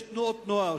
יש תנועות נוער,